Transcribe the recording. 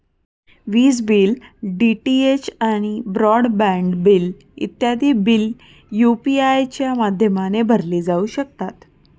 विज bill, DTH आणि broadband bill इत्यादी बिल यू.पी.आय च्या माध्यमाने भरले जाऊ शकतात